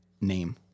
name